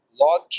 Log